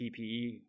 PPE